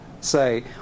say